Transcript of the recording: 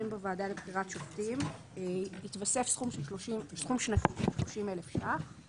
בוועדה לבחירת שופטים יתווסף סכום שנתי של 30,000 שקלים